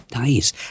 Nice